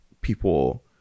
people